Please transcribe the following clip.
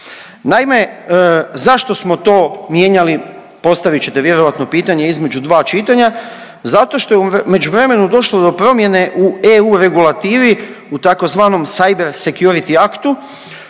Naime, zašto smo to mijenjali postavit ćete vjerojatno pitanje između dva čitanja? Zato što je u međuvremenu došlo do promjene u EU regulativi u tzv. cyber security aktu